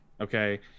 Okay